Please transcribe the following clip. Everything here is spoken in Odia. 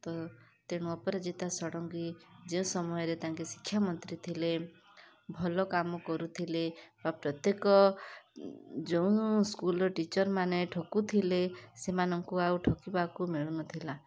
ତ ତେଣୁ ଅପରାଜିତା ଷଡ଼ଙ୍ଗୀ ଯେ ସମୟରେ ତାଙ୍କେ ଶିକ୍ଷାମନ୍ତ୍ରୀ ଥିଲେ ଭଲ କାମ କରୁଥିଲେ ବା ପ୍ରତ୍ୟେକ ଯେଉଁ ସ୍କୁଲର୍ ଟିଚର୍ ମାନେ ଠକୁଥିଲେ ସେମାନକୁ ଆଉ ଠକିବାକୁ ମିଳୁନଥିଲା